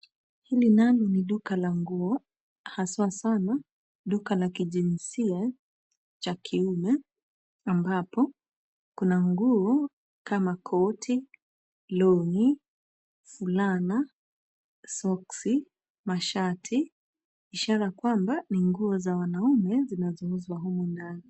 Hili nalo ni duka la nguo haswa sana duka la kijinsia cha kiume ambapo kuna nguo kama koti, longi, fulana, soksi, mashati ishara kwamba ni nguo za wanaume zinazouzwa humu ndani.